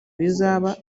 bizaba